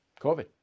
COVID